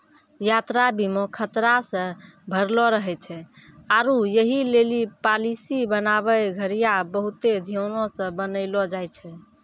यात्रा बीमा खतरा से भरलो रहै छै आरु यहि लेली पालिसी बनाबै घड़ियां बहुते ध्यानो से बनैलो जाय छै